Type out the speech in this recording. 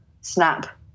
snap